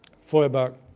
feuerbach,